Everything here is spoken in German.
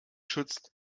schützt